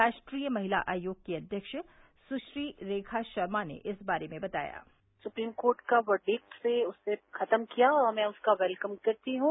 राष्ट्रीय महिला आयोग की अध्यक्ष सुश्री रेखा शर्मा ने इस बारे में बताया सुप्रीम कोर्ट का वर्डिक्ट से उसे खत्म किया मैं उसका वेलकम करती हूं